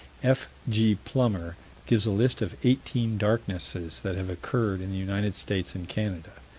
f g. plummer gives a list of eighteen darknesses that have occurred in the united states and canada.